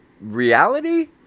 reality